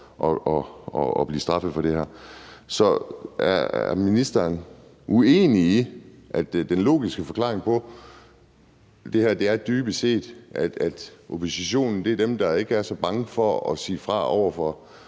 at blive straffet for det her. Så er ministeren uenig i, at den logiske forklaring på det her dybest set er, at oppositionen er dem, der ikke er så bange for at sige fra over for